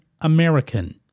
American